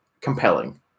compelling